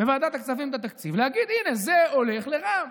בוועדת הכספים, להגיד: הינה, זה הולך לרע"מ.